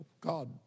God